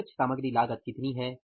प्रत्यक्ष सामग्री लागत कितनी है